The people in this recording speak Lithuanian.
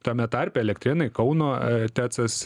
tame tarpe elektrėnai kauno tecas